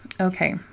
Okay